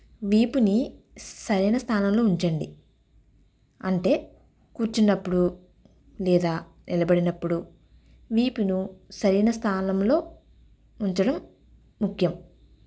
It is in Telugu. వీపుని సరైన స్థానంలో ఉంచండి అంటే కూర్చున్నప్పుడు లేదా నిలబడినప్పుడు వీపును సరైన స్థానంలో ఉంచడం ముఖ్యం